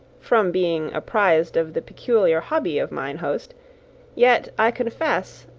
from being apprised of the peculiar hobby of mine host yet, i confess,